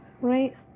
right